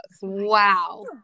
Wow